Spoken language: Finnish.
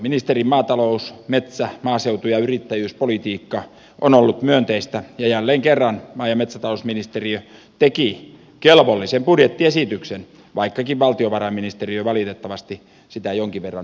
ministerin maatalous metsä maaseutu ja yrittäjyyspolitiikka on ollut myönteistä ja jälleen kerran maa ja metsätalousministeriö teki kelvollisen budjettiesityksen vaikkakin valtiovarainministeriö valitettavasti sitä jonkin verran invalidisoi